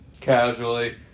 casually